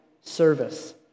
service